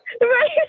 Right